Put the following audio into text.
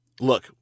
look